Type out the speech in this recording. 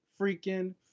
freaking